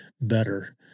better